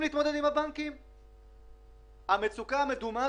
90. האם הוצאתם הנחיה לחברות הממשלתיות?